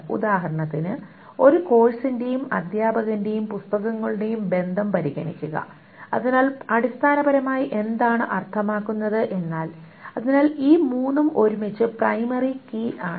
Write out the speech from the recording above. ഉദാഹരണത്തിന് ഒരു കോഴ്സിന്റെയും അധ്യാപകന്റെയും പുസ്തകങ്ങളുടെയും ബന്ധം പരിഗണിക്കുക അതിനാൽ അടിസ്ഥാനപരമായി എന്താണ് അർത്ഥമാക്കുന്നത് എന്നാൽ അതിനാൽ ഈ മൂന്നും ഒരുമിച്ച് പ്രൈമറി കീ ആണ്